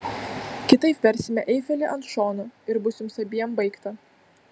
kitaip versime eifelį ant šono ir bus jums abiem baigta